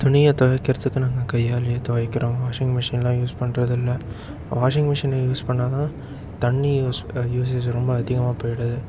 துணியை துவைக்கிறதுக்கு நாங்கள் கையாலேயே துவைக்கிறோம் வாஷிங்மிஷின்லாம் யூஸ் பண்ணுறதில்ல வாஷிங்மிஷினை யூஸ் பண்ணன்னா தண்ணி யூஸ் யூஸேஜ் ரொம்ப அதிகமாக போயிடுது